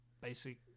basic